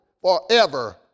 forever